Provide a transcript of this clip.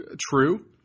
true